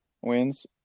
wins